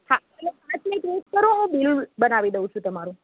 હા એટલે પાંચ મિનિટ વેઈટ કરો હું બિલ બનાવી દઉં છું તમારું